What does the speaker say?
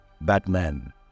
Batman